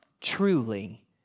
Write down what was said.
truly